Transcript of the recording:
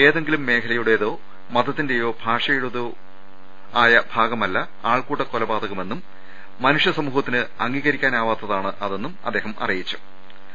ഏതെങ്കിലും മേഖല യുടേയോ മതത്തിന്റേയോ ഭാഷയുടേയോ ഭാഗമല്ല ആൾക്കൂട്ട കൊല പാതകമെന്നും മനുഷ്യ സമൂഹത്തിന് അംഗീകരിക്കാനാവാത്ത ഒന്നാണ് അതെന്നും അദ്ദേഹം ന്യൂഡൽഹിയിൽ അറിയിച്ചു